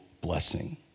blessing